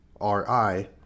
R-I